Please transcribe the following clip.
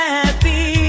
happy